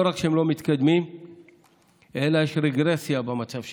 לא רק שהם לא מתקדמים אלא יש רגרסיה במצב שלהם.